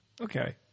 Okay